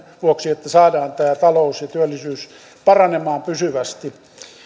vuoksi että saadaan talous ja työllisyys paranemaan pysyvästi